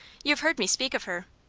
you've heard me speak of her.